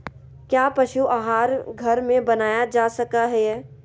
क्या पशु का आहार घर में बनाया जा सकय हैय?